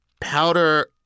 powder